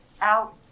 out